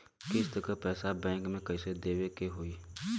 किस्त क पैसा बैंक के कइसे देवे के होई?